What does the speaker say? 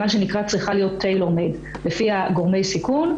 היא מה שנקרא צריכה להיות לפי גורמי סיכון,